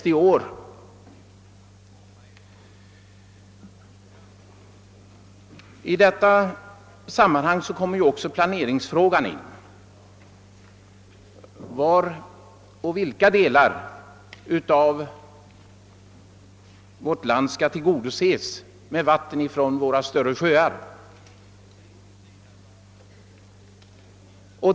I detta sammanhang kommer också planeringsfrågan in i bilden. Vilka delar av vårt land skall tillgodoses med vatten från våra större sjöar?